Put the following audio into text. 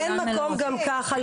אין מקום גם ככה,